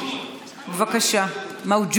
מווג'וד.